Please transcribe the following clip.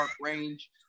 range